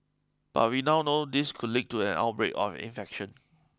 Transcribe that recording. but we now know this could lead to an outbreak of infection